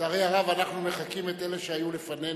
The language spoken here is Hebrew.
לצערי הרב, אנחנו מחקים את אלה שהיו לפנינו.